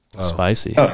Spicy